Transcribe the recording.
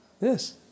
Yes